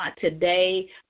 today